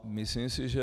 Myslím si, že